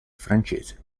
francese